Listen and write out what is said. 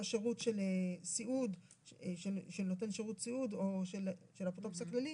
שירות של נותן שירות סיעוד או של האפוטרופוס הכללי,